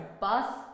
bus